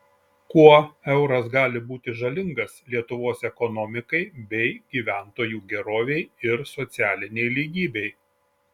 kuo euras gali būti žalingas lietuvos ekonomikai bei gyventojų gerovei ir socialinei lygybei